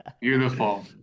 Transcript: Beautiful